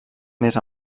més